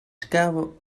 scavo